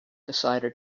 decided